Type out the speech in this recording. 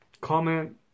comment